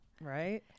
right